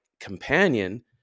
companion